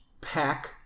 pack